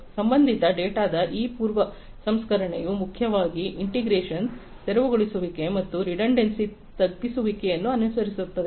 ಸಂಬಂಧಿತ ಡೇಟಾದ ಈ ಪೂರ್ವ ಸಂಸ್ಕರಣೆಯು ಮುಖ್ಯವಾಗಿ ಇಂಟಿಗ್ರೇಷನ್ ತೆರವುಗೊಳಿಸುವಿಕೆ ಮತ್ತು ರಿಡಂಡೆನ್ಸಿ ತಗ್ಗಿಸುವಿಕೆಯನ್ನು ಅನುಸರಿಸುತ್ತದೆ